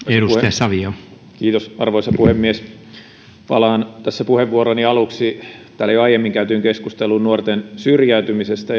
arvoisa puhemies palaan tässä puheenvuoroni aluksi täällä jo aiemmin käytyyn keskusteluun nuorten syrjäytymisestä